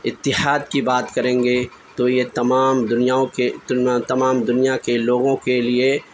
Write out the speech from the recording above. اتحاد کی بات کریں گے تو یہ تمام دنیاؤں کے تمام دنیا کے لوگوں کے لیے